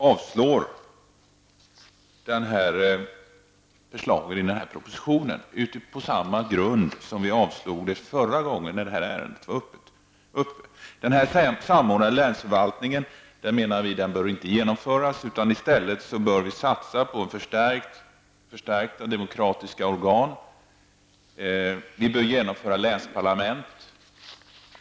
Fru talman! Miljöpartiet har avstyrkt förslaget i propositionen på samma grund som vi avstyrkte det förra gången det var aktuellt. Denna samordnade länsförvaltning bör enligt vår mening inte genomföras. I stället bör vi satsa på förstärkta demokratiska organ. Vi bör införa länsparlament.